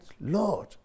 Lord